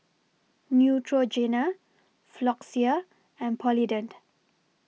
Neutrogena Floxia and Polident